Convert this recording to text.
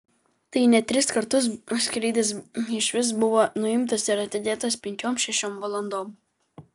tai net tris kartus skrydis iš vis buvo nuimtas ir atidėtas penkiom šešiom valandom